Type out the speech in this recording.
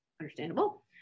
understandable